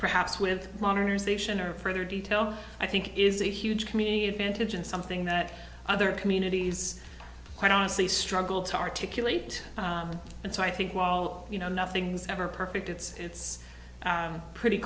perhaps with modernization or further detail i think is a huge comeon vantage and something that other communities quite honestly struggle to articulate and so i think while you know nothing's ever perfect it's it's pretty